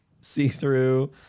see-through